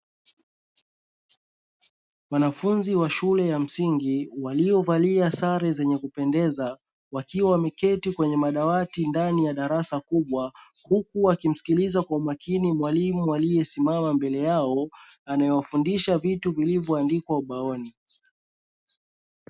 Wanafunzi wa shule ya msingi waliovalia sare zenye kupendeza, wakiwa wameketi kwenye madawati ndani ya darasa kubwa, huku wakimsikiliza kwa makini mwalimu aliyesimama mbele yao; anayefundisha vitu vilivyoandikwa ubaoni.